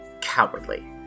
cowardly